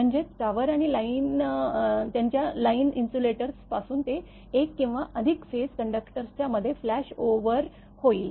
म्हणजे टॉवर आणि त्यांच्या लाईन इन्सुलेटर्स पासून ते एक किंवा अधिक फेज कंडक्टर्सच्या मध्ये फ्लॅश ओव्हर होईल